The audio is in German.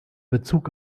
bezug